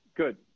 Good